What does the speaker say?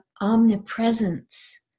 omnipresence